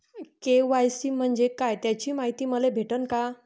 KYC म्हंजे काय त्याची मायती मले भेटन का?